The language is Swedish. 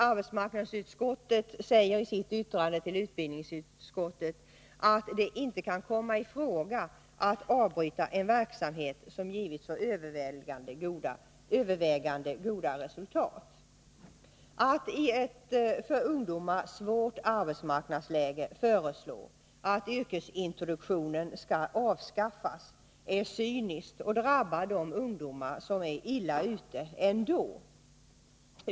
Arbetsmarknadsutskottet säger i sitt yttrande till utbildningsutskottet att det inte kan komma i fråga att avbryta en verksamhet som givit så övervägande goda resultat. Att i ett för ungdomar svårt arbetsmarknadsläge föreslå att yrkesintroduktionen skall avskaffas är cyniskt och drabbar de ungdomar som är illa ute ändå.